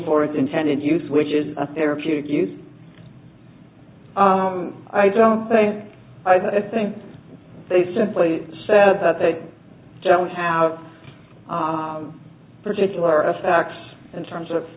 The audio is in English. for its intended use which is a therapeutic use i don't think i think they simply said that they don't have particular affects in terms of